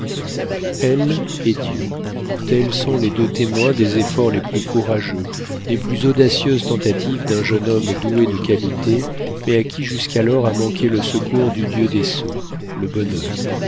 elle et dieu tels sont les deux témoins des efforts les plus courageux des plus audacieuses tentatives d'un jeune homme doué de qualités mais à qui jusqu'alors a manqué le secours du dieu des sots le bonheur